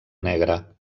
negra